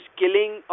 killing